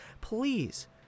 Please